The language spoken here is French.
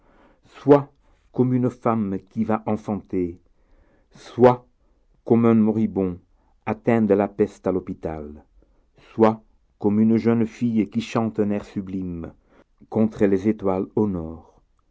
soit comme une femme qui va enfanter soit comme un moribond atteint de la peste à l'hôpital soit comme une jeune fille qui chante un air sublime contre les étoiles au nord